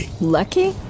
Lucky